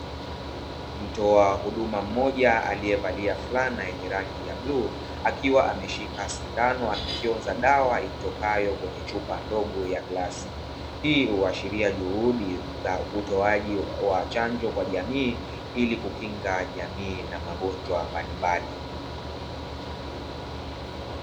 Mtoa huduma mmoja aliyevalia fulana yenye rangi ya bluu akiwa ameshika sindano akifyonza dawa itokayo kwenye chupa ndogo ya glasi ,hii, huashiria juhudi za utoaji wa chanjo kwa jamii ili kukinga jamii na magonjwa mbalimbali.